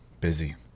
busy